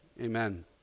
Amen